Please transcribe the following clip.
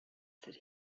said